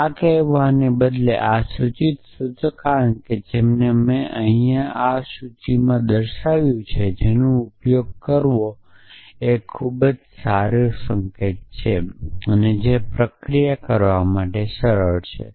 આ કહેવાને બદલે આ સૂચિત સૂચકની જેમ આ સૂચિમાં લખી રહ્યો છું જે સૂચવે છે કે જેનો ઉપયોગ કરવા માટે ખૂબ સરસ સંકેત છે તેથી પ્રક્રિયા કરવા માટે સરળ છે